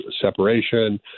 separation